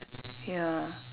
ya